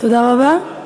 תודה רבה.